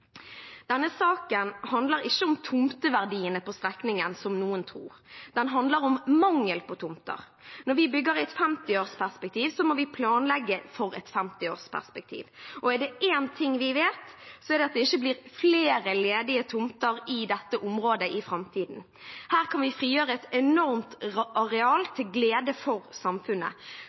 Denne saken handler ikke om tomteverdiene på strekningen, som noen tror. Den handler om mangel på tomter. Når vi bygger i et 50-årsperspektiv, må vi planlegge for et 50-årsperspektiv, og er det én ting vi vet, er det at det ikke blir flere ledige tomter i dette området i framtiden. Her kan vi frigjøre et enormt areal til glede for samfunnet.